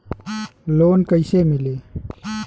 Loan कइसे मिलि?